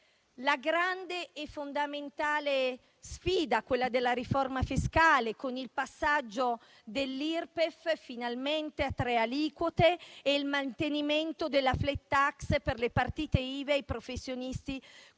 La grande e fondamentale sfida della riforma fiscale, con il passaggio dell'Irpef finalmente a tre aliquote e il mantenimento della *flat tax* per le partite IVA e i professionisti con